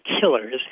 Killers